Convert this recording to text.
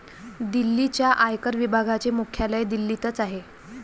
दिल्लीच्या आयकर विभागाचे मुख्यालय दिल्लीतच आहे